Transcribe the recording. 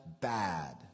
bad